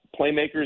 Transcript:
playmakers